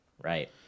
right